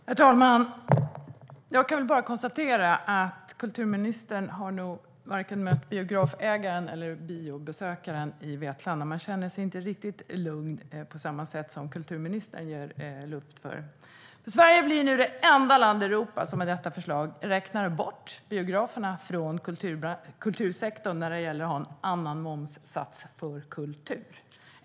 Herr talman! Jag kan bara konstatera att kulturministern nog inte har mött vare sig biografägaren eller biobesökaren i Vetlanda. Man känner sig inte lugn på samma sätt som kulturministern. Sverige blir med detta förslag det enda land i Europa som räknar bort biograferna från kultursektorn i och med att man har annan momssats för kultur.